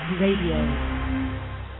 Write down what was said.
Radio